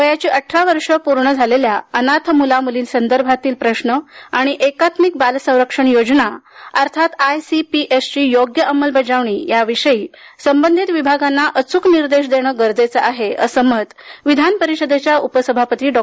वयाची अठरा वर्षे पूर्ण झालेल्या अनाथ मुला मुलींसंदर्भातील प्रश्न आणि एकात्मिक बाल संरक्षण योजना अर्थात आयसीपीएसची योग्य अंमलबजावणी याविषयी संबंधित विभागांना अचूक निर्देश देणे गरजेचे आहे असं मत विधानपरिषदेच्या उपसभापती डॉ